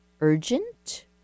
urgent